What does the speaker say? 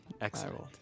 Excellent